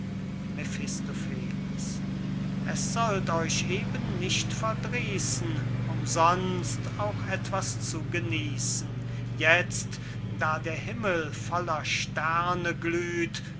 es sollt euch eben nicht verdrießen umsonst auch etwas zu genießen jetzt da der himmel voller sterne glüht